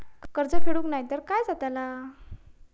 कर्ज फेडूक नाय तर काय जाताला?